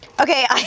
Okay